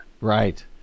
Right